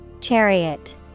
Chariot